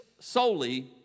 solely